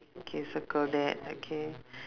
K circle that okay